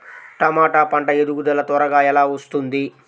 టమాట పంట ఎదుగుదల త్వరగా ఎలా వస్తుంది?